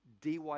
DY